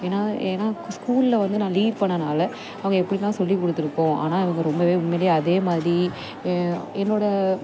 ஏன்னா ஏன்னா ஸ்கூலில் வந்து நான் லீட் பண்ணணால அவங்க எப்படிலாம் சொல்லிக் கொடுத்துருக்கோம் ஆனால் இவங்க ரொம்பவே உண்மையில் அதேமாதிரி என்னோடய